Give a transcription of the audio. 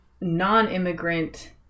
non-immigrant